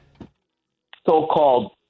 so-called